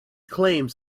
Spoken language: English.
claims